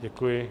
Děkuji.